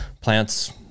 plants